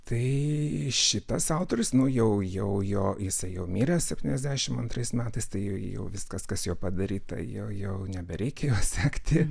tai šitas autorius nu jau jau jo jisai jau mirė septyniasdešimt antrais metais tai jau viskas kas jo padaryta jo jau nebereikia jo sekti